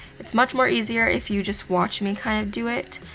it's much more easier if you just watch me kind of do it.